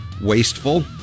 wasteful